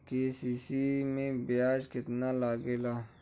KCC में ब्याज कितना लागेला?